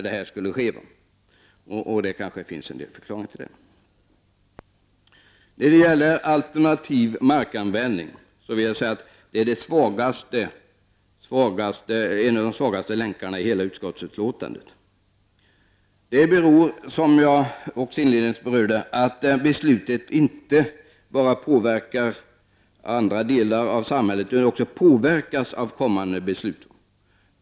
Det finns kanske en del förklaringar till det. En av de svagaste länkarna i utskottsbetänkandet är den alternativa markanvändningen. Som jag inledningsvis berörde beror det på att beslutet inte bara påverkar andra delar av samhället utan även kommande beslut.